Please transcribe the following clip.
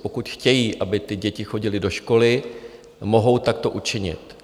Pokud chtějí, aby děti chodily do školy, mohou takto učinit.